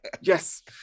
Yes